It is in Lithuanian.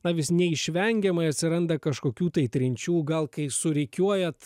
na vis neišvengiamai atsiranda kažkokių tai trinčių gal kai surikiuojat